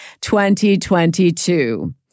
2022